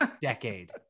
decade